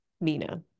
Mina